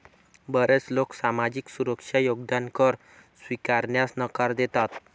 बरेच लोक सामाजिक सुरक्षा योगदान कर स्वीकारण्यास नकार देतात